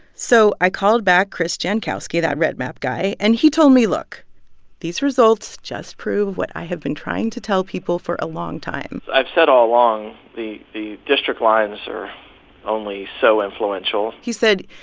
so i called back chris jankowski, that redmap guy, and he told me, look these results just prove what i have been trying to tell people for a long time i've said all along the the district lines are only so influential he said,